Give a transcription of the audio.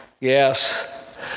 Yes